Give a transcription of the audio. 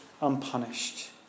unpunished